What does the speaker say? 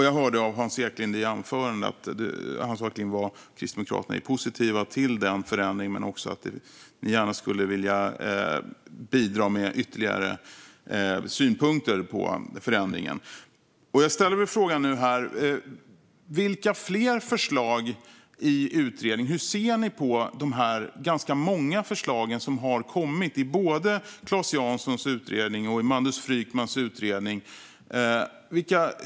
Jag hörde i Hans Eklinds anförande att Kristdemokraterna är positiva till den förändringen, men också att ni gärna skulle vilja bidra med ytterligare synpunkter på förändringen. Hur ser ni på de ganska många förslag som har kommit i Claes Janssons utredning och i Mandus Frykmans utredning?